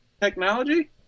technology